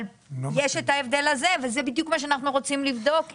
אבל יש את ההבדל הזה וזה בדיוק מה שאנחנו רוצים לבדוק אתכם,